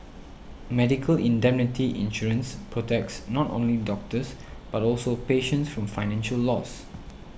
medical indemnity insurance protects not only doctors but also patients from financial loss